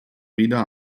wieder